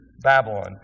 Babylon